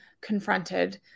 confronted